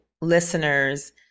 listeners